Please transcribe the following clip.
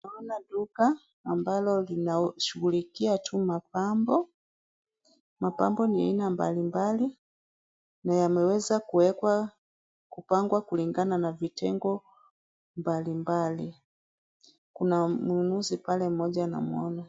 Tunaona duka ambalo lina shughulikia tu mapambo. Mapambo ni ya aina mbalimbali na yameweza kuwekwa kupangwa kulingana na vitengo mbalimbali. Kuna mmunuzi pale mmoja namwona.